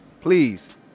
please